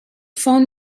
phone